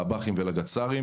לבא"חים ולגד"סרים.